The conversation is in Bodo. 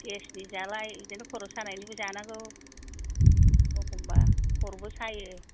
गेस नि जालाय बिदिनो खर' सानायनिबो जानांगौ एखमब्ला खर'बो सायो